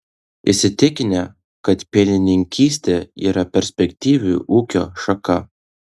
įsitikinę kad pienininkystė yra perspektyvi ūkio šaka